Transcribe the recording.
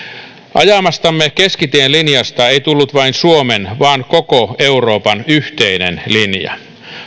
ajamastamme keskitien linjasta ei tullut vain suomen vaan koko euroopan yhteinen linja